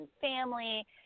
family